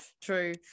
true